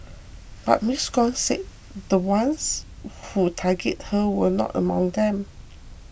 but Ms Gong said the ones who targeted her were not among them